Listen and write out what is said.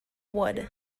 wood